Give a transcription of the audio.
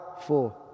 four